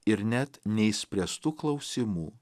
ir net neišspręstų klausimų